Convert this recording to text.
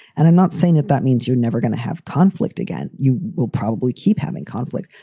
and i'm not saying that that means you're never going to have conflict again. you will probably keep having conflict.